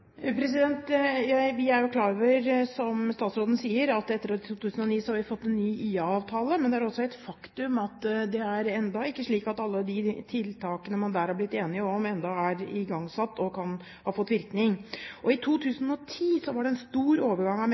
Vi er klar over, som statsråden sier, at etter 2009 har vi fått en ny IA-avtale, men det er også et faktum at det ennå ikke er slik at alle de tiltakene man har blitt enige om, er igangsatt og kan ha fått virkning. I 2010 var det en stor overgang av